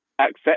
accept